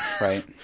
right